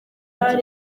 ati